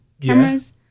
cameras